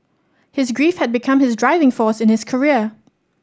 his grief had become his driving force in his career